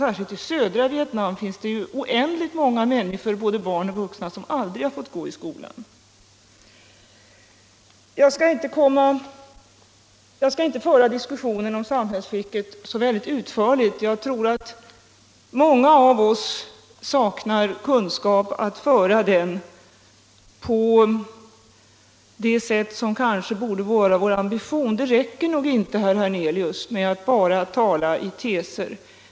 Särskilt i södra Vietnam finns det oändligt många människor, både barn och vuxna, som aldrig har fått gå i skola. Jag skall inte föra diskussionen om samhällsskicket så utförligt — jag tror att många av oss saknar kunskap att föra den på det sätt som kanske borde vara vår ambition. Det räcker nog inte, herr Hernelius, att bara tala i teser.